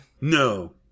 No